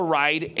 right